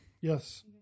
Yes